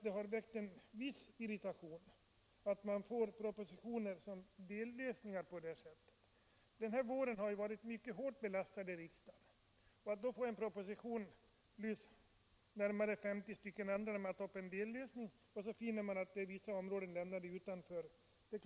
Det har väckt en viss irritation att vi den här våren, när arbetsbelastningen varit mycket hård i riksdagen, har fått en proposition — bland närmare 50 andra — med förslag till en dellösning, av arbetsskadeförsäkringen där vissa områden lämnats utanför.